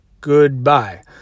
Goodbye